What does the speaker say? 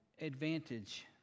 advantage